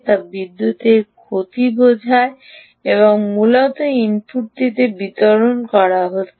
তা বিদ্যুতের ক্ষতি বোঝা মূলত ইনপুটটিতে বিতরণ করা হচ্ছে